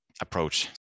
approach